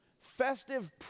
Festive